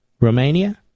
Romania